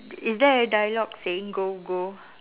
is there a dialogue saying go go